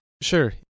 Sure